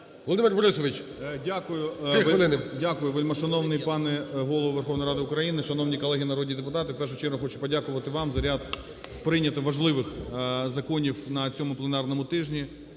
Вельмишановний пане Голово Верховної Ради України, шановні колеги народні депутати! В першу чергу хочу подякувати вам за ряд прийнятих важливих законів на цьому пленарному тижні.